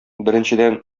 беренчедән